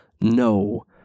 no